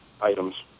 items